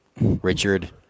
Richard